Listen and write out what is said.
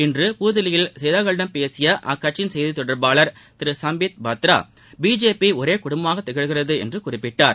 இன்று புதுதில்லியில் செய்தியாளர்களிடம் பேசிய அக்கட்சியின் செய்தி தொடர்பாளர் திரு சுய்பீத் பாத்ரா பிஜேபி ஓரே குடும்பமாக திகழ்வதாக குறிப்பிட்டார்